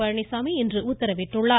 பழனிசாமி இன்று உத்தரவிட்டுள்ளார்